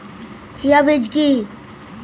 Chia বীজ কী?